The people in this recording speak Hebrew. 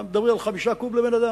אנחנו מדברים על 5 קוב לבן-אדם.